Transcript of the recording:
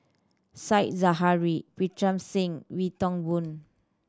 Said Zahari Pritam Singh Wee Toon Boon